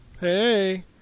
hey